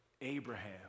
Abraham